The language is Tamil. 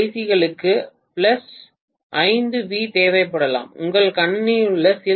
க்களுக்கு 5 வி தேவைப்படலாம் உங்கள் கணினியில் உள்ள சில ஐ